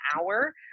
hour